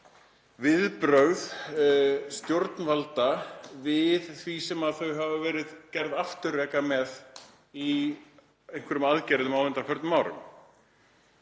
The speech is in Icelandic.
viðbrögð stjórnvalda við því sem þau hafa verið gerð afturreka með í einhverjum aðgerðum á undanförnum árum.